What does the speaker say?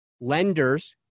lenders